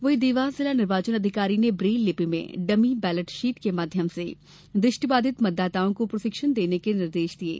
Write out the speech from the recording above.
वहीं देवास जिला निर्वाचन अधिकारी ने ब्रेल लिपि में डमी बेलेट शीट के माध्यम दृष्टिबाधित मतदाताओं को प्रशिक्षण देने के निर्देश दिये है